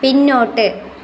പിന്നോട്ട്